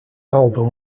album